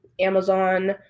amazon